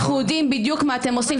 אנחנו יודעים בדיוק מה אתם עושים.